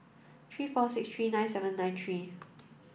three four six three nine seven nine three